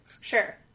sure